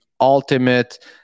ultimate